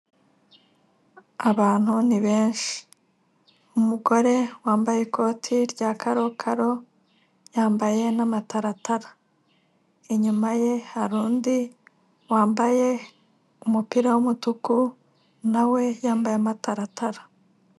Abantu ni benshi umugore wambaye ikoti rya karokaro yambaye n'amataratara, inyuma ye hari undi wambaye umupira w'umutuku na we yambaye amataratara.